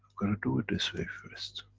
gonna do it this way first.